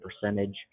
percentage